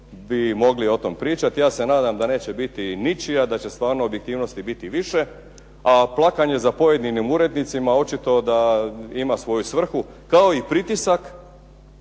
bi mogli o tome pričati. Ja se nadam da ne će biti ničija, da će stvarno objektivnosti biti više. A plakanje za pojedinim urednicima, očito da ima svoju svrhu, kao i pritisak.